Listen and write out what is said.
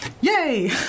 Yay